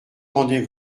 rendez